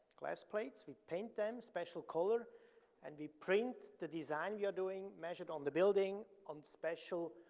glass plates. we paint them special color and we print the design we are doing, measured on the building on special,